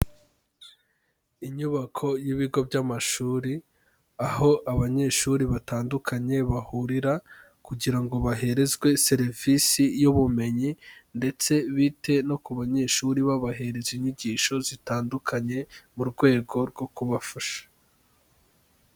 Inyubako y'ibigo by'amashuri, aho abanyeshuri batandukanye bahurira kugira ngo baherezwe serivisi y'ubumenyi ndetse bite no ku banyeshuri babaheraza inyigisho zitandukanye mu rwego rwo kubafasha.